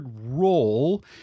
role